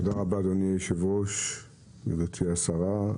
תודה רבה אדוני יושב הראש וגברתי השרה.